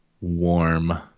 warm